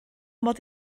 mod